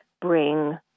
bring